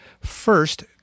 first